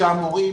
שהמורים